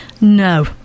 no